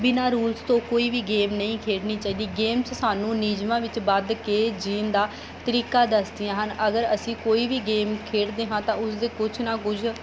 ਬਿਨਾਂ ਰੂਲਸ ਤੋਂ ਕੋਈ ਵੀ ਗੇਮ ਨਹੀਂ ਖੇਡਣੀ ਚਾਹੀਦੀ ਗੇਮ 'ਚ ਸਾਨੂੰ ਨਿਯਮਾਂ ਵਿੱਚ ਬੱਧ ਕੇ ਜੀਣ ਦਾ ਤਰੀਕਾ ਦੱਸਦੀਆਂ ਹਨ ਅਗਰ ਅਸੀਂ ਕੋਈ ਵੀ ਗੇਮ ਖੇਡਦੇ ਹਾਂ ਤਾਂ ਉਸਦੇ ਕੁਛ ਨਾ ਕੁਛ